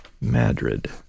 Madrid